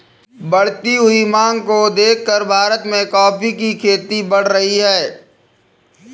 बढ़ती हुई मांग को देखकर भारत में कॉफी की खेती बढ़ रही है